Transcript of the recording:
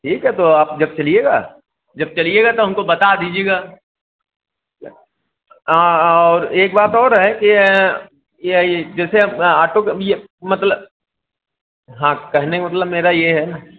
ठीक है तो आप जब चलिएगा जब चालिएगा तो हमको बता दीजिएगा हाँ और एक बात और है कि यही जैसे आप आटो के यह मतलब हाँ कहने का मतलब मेरा यह है